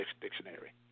Dictionary